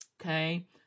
okay